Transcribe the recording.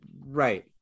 Right